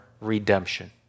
redemption